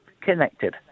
Connected